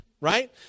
right